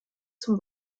zum